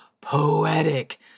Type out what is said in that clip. poetic